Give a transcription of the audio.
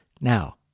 Now